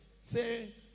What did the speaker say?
Say